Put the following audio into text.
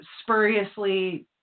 Spuriously